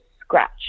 scratch